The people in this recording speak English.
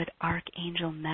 Archangel